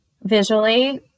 visually